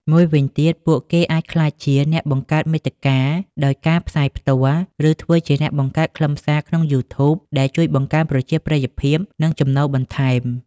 មួយវិញទៀត ពួកគេអាចក្លាយជា អ្នកបង្កើតមាតិកា ដោយការផ្សាយផ្ទាល់ ឬធ្វើជាអ្នកបង្កើតខ្លឹមសារក្នុងយូធូប ដែលជួយបង្កើនប្រជាប្រិយភាព និងចំណូលបន្ថែម។